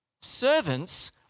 Servants